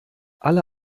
alle